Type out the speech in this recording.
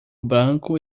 branco